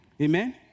Amen